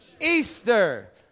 Easter